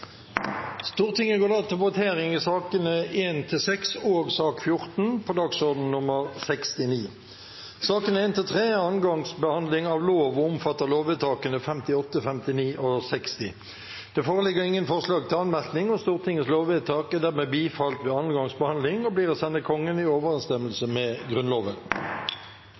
Stortinget går nå til votering over sakene nr. 1–6 og sak nr. 14 på dagsorden nr. 69. Sakene nr. 1–3 er andre gangs behandling av lovsaker og gjelder lovvedtakene 58, 59 og 60. Det foreligger ingen forslag til anmerkning. Stortingets lovvedtak er dermed bifalt ved andre gangs behandling og blir å sende Kongen i overensstemmelse med Grunnloven.